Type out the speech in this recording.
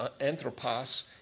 anthropos